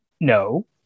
no